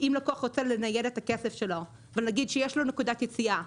שאם לקוח רוצה לנייד את הכסף שלו ונגיד שיש לו נקודת יציאה,